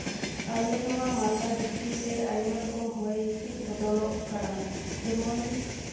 ᱟᱞᱮ ᱱᱚᱣᱟ ᱢᱟᱞᱫᱟ ᱰᱤᱥᱴᱤᱠ ᱨᱮ ᱟᱭᱢᱟ ᱨᱚᱠᱚᱢ ᱦᱚᱭ ᱦᱤᱸᱥᱤᱫ ᱵᱚᱫᱚᱞᱚᱜ ᱠᱟᱱᱟ ᱡᱮᱢᱚᱱ